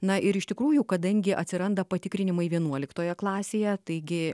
na ir iš tikrųjų kadangi atsiranda patikrinimai vienuoliktoje klasėje taigi